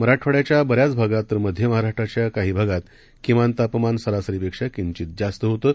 मराठवाड्याच्या बऱ्याच भागात तर मध्य महाराष्ट्राच्या काही भागात किमान तापमान सरासरीपेक्षा किंचित जास्त होतं